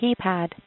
keypad